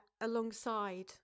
alongside